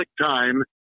time